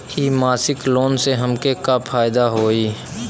इ मासिक लोन से हमके का फायदा होई?